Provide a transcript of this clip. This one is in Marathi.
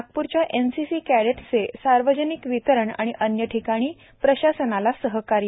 नागपूरच्या एनसीसी कडेट्स चे सार्वजनिक वितरण आणि अन्य ठिकाणी प्रशासनाला सहकार्य